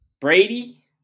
Brady